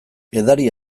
edari